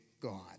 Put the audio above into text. God